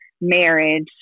marriage